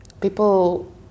People